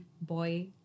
boy